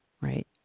right